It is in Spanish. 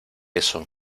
eso